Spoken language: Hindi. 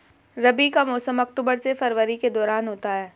रबी का मौसम अक्टूबर से फरवरी के दौरान होता है